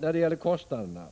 När det gäller kostnaderna